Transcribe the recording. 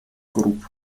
групп